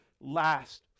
last